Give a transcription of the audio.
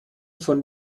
von